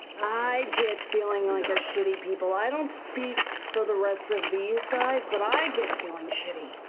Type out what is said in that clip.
i get feeling like ah shitty people. i don't speak for the rest of these guys, but i get feeling shitty.